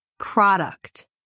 product